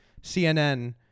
CNN